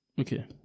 Okay